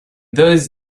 those